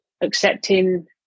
accepting